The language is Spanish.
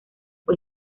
fue